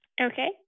Okay